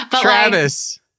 Travis